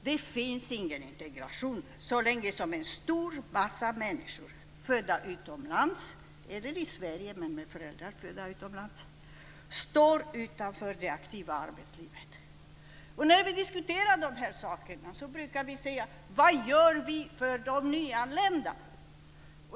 Det finns ingen integration så länge en stor massa människor födda utomlands eller i Sverige med föräldrar födda utomlands står utanför det aktiva arbetslivet. När vi diskuterar de här sakerna brukar vi säga: Vad gör vi för de nyanlända?